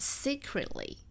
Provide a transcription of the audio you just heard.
secretly